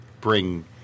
bring